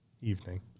evening